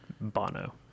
bono